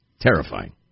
Terrifying